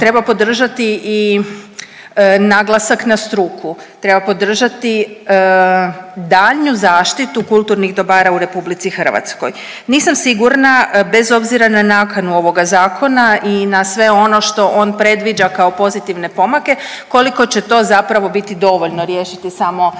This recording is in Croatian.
treba podržati i naglasak na struku, treba podržati daljnju zaštitu kulturnih dobara u Republici Hrvatskoj. Nisam sigurna bez obzira na nakanu ovoga zakona i na sve ono što on predviđa kao pozitivne pomake koliko će to zapravo biti dovoljno riješiti samo